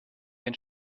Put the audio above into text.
ein